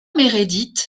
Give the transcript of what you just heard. meredith